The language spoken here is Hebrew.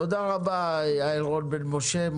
תודה רבה, יעל רון בן משה.